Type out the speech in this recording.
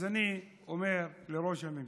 אז אני אומר לראש הממשלה: